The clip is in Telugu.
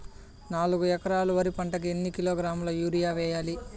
నాలుగు ఎకరాలు వరి పంటకి ఎన్ని కిలోగ్రాముల యూరియ వేయాలి?